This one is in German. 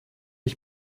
ich